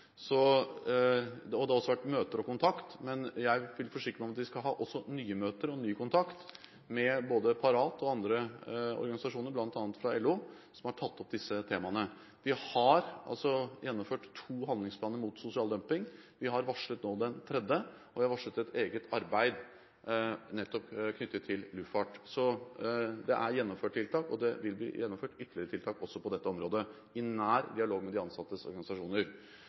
Det har vært møter og kontakt, men jeg vil forsikre meg om at de også skal ha nye møter og ny kontakt med både Parat og andre organisasjoner, bl.a. fra LO, som har tatt opp disse temaene. Vi har gjennomført to handlingsplaner mot sosial dumping, vi har nå varslet den tredje, og vi har varslet et eget arbeid knyttet til luftfart, så det er gjennomført tiltak, og det vil bli gjennomført ytterligere tiltak også på dette området, i nær dialog med de ansattes organisasjoner.